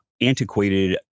antiquated